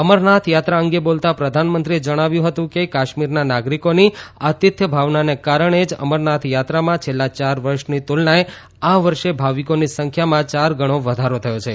અમરનાથ યાત્રા અંગે બોલતાં પ્રધાનમંત્રીએ જણાવ્યું હતું કે કાશ્મીરના નાગરીકોની આતિથ્ય ભાવનાને કારણે જ અમરનાથ યાત્રામાં છેલ્લા યાર વર્ષની તુલનાએ આ વર્ષે ભાવિકોની સંખ્યામાં ચાર ગણો વધારો નોંધાયો છે